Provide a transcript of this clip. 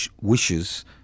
wishes